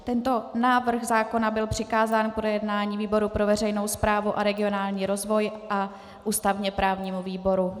Tento návrh zákona byl přikázán k projednání výboru pro veřejnou správu a regionální rozvoj a ústavněprávnímu výboru.